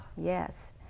Yes